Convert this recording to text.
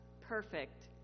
perfect